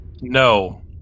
no